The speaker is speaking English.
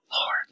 Lord